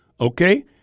Okay